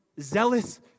zealous